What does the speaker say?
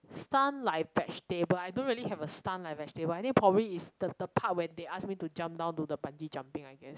stun like vegetable I don't really have a stun like vegetable I think probably is the the part where they ask me to jump down do the bungee jumping I guess